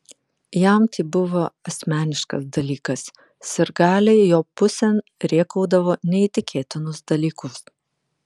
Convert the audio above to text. jam tai buvo asmeniškas dalykas sirgaliai jo pusėn rėkaudavo neįtikėtinus dalykus